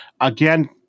Again